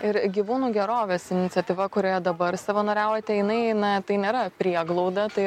ir gyvūnų gerovės iniciatyva kurioje dabar savanoriavote jinai na tai nėra prieglauda tai